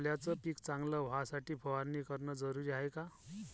सोल्याचं पिक चांगलं व्हासाठी फवारणी भरनं जरुरी हाये का?